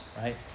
right